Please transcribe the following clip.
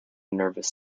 nervous